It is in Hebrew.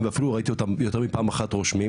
ואפילו ראיתי אותם יותר מפעם אחת רושמים,